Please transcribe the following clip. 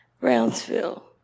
Brownsville